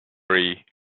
ree